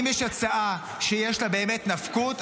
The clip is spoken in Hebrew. אם יש הצעה שיש לה באמת נפקות,